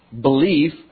belief